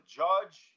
judge